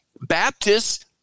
Baptists